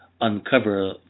uncover